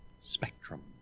Spectrum